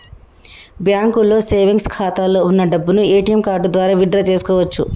బ్యాంకులో సేవెంగ్స్ ఖాతాలో వున్న డబ్బును ఏటీఎం కార్డు ద్వారా విత్ డ్రా చేసుకోవచ్చు